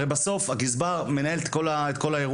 הרי בסוף, הגזבר מנהל את כל האירוע.